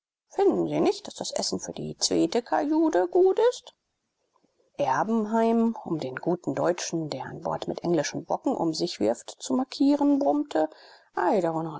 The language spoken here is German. finden sie nicht daß das essen für die zwete kajüde gud ist erbenheim um den guten deutschen der an bord mit englischen brocken um sich wirft zu markieren brummte